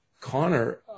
Connor